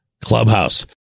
clubhouse